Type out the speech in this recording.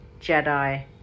Jedi